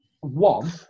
one